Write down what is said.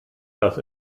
dass